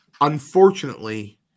unfortunately